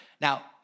Now